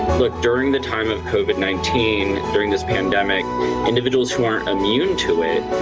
but during the time of covid nineteen during this pandemic individuals who are ah new to to him